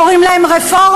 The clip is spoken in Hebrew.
קוראים להם רפורמים,